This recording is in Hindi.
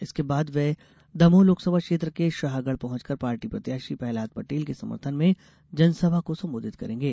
इसके बाद वे दमोह लोकसभा क्षेत्र के शाहगढ़ पहुंचकर पार्टी प्रत्याशी प्रहलाद पटेल के समर्थन में जनसभा को संबोधित करेंगे